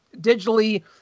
digitally